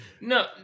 No